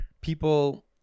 people